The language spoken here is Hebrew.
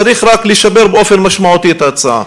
צריך רק לשפר באופן משמעותי את ההצעה.